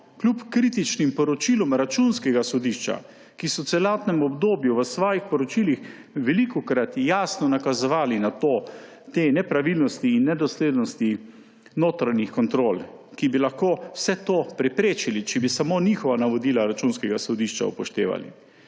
kljub kritičnim poročilom Računskega sodišča, ki je v celotnem obdobju v svojih poročilih velikokrat jasno nakazovalo na te nepravilnosti in nedoslednosti notranjih kontrol, ki bi lahko vse to preprečili, če bi samo njihova navodila, Računskega sodišča, upoštevali.